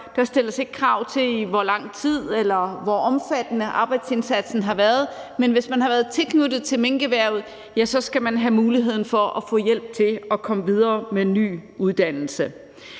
tid arbejdsindsatsen har varet eller hvor omfattende den har været. Hvis man har været tilknyttet minkerhvervet, skal man have mulighed for at få hjælp til at komme videre med ny uddannelse.